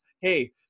Hey